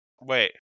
Wait